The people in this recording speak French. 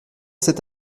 cet